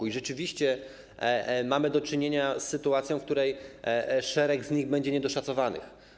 I rzeczywiście mamy do czynienia z sytuacją, w której szereg z nich będzie niedoszacowanych.